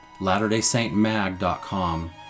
latterdaysaintmag.com